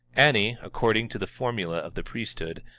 ani, according to the formula of the priesthood,